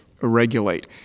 regulate